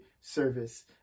service